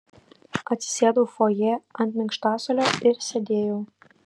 atsisėdau fojė ant minkštasuolio ir sėdėjau